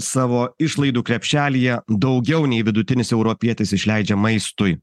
savo išlaidų krepšelyje daugiau nei vidutinis europietis išleidžia maistui